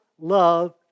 love